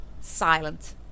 silent